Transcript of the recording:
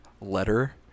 letter